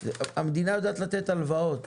המדינה יודעת לתת הלוואות,